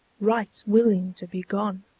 right willing to be gone!